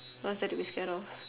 what's there to be scared of